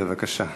בבקשה.